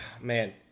man